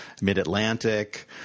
Mid-Atlantic –